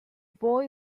boy